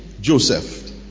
Joseph